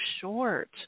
short